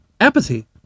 apathy